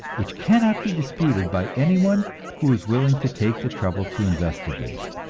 which cannot be disputed by any one who is willing to take the trouble to investigate.